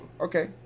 okay